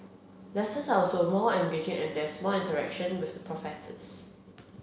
lessons are also more engaging and there's more interaction with professors